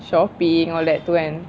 shopping all that tu kan